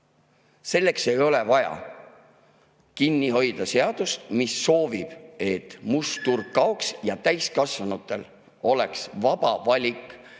Selleks ei ole vaja kinni hoida seadust, mis soovib, et must turg kaoks ja täiskasvanutel oleks vaba valik valida